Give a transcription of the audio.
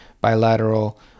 bilateral